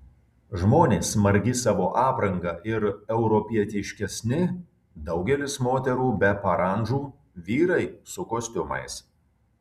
žmonės margi savo apranga ir europietiškesni daugelis moterų be parandžų vyrai su kostiumais